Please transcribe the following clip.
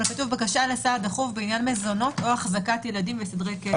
אבל כתוב: בקשה לסעד דחוף בעניין מזונות או החזקת ילדים בסדרי קשר.